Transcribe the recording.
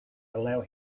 allow